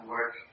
work